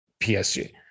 PSG